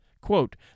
Quote